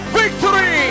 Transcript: victory